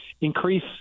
increase